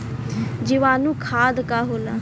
जीवाणु खाद का होला?